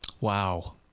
Wow